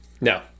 No